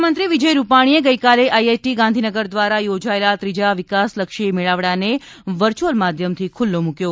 મુખ્યમંત્રી વિજય રૂપાણીએ ગઇકાલે આઈઆઈટી ગાંધીનગર દ્વારા યોજાયેલા ત્રીજા વિકાસલક્ષી મેળવાડાને વર્ચ્યુંયલ માધ્યમથી ખુલ્લો મૂક્યો